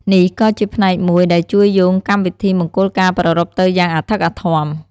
នេះក៏ជាផ្នែកមួយដែលជួយយោងកម្មវិធីមង្គលការប្រារព្ធទៅយ៉ាងអធិកអធម។